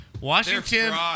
Washington